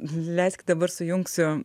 leiskit dabar sujungsiu